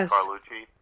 Carlucci